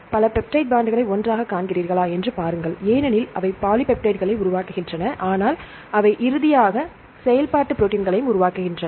பல பெப்டைட்களை ஒன்றாகக் காண்கிறீர்களா என்று பாருங்கள் ஏனெனில் அவை பாலிபெப்டைட்களை உருவாக்குகின்றன ஆனால் இறுதியாக அவை செயல்பாட்டு ப்ரோடீனையும் உருவாக்குகின்றன